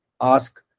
Ask